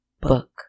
book